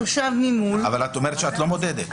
אבל את אומרת שאת לא מודדת.